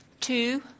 two